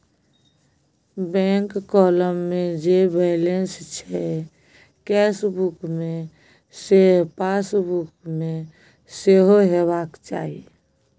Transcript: bank column मे जे balance छै केसबुक मे सैह पासबुक मे सेहो हेबाक चाही